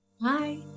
Bye